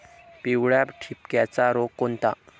पिवळ्या ठिपक्याचा रोग कोणता?